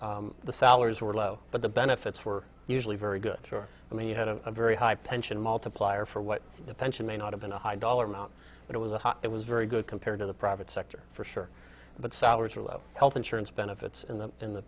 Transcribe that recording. worker the salaries were low but the benefits were usually very good and then you had a very high pension multiplier for what the pension may not have been a high dollar amount but it was a hot it was very good compared to the private sector for sure but salaries are low health insurance benefits in the in the